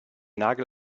nagel